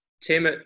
Tim